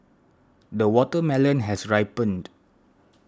the watermelon has ripened